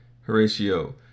Horatio